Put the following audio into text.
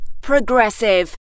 progressive